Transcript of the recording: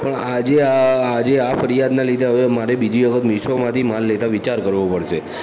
પણ આજે આ આજે આ ફરિયાદના લીધે હવે મારે બીજી વખત મીશોમાંથી માલ લેતા વિચાર કરવો પડશે